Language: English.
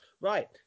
right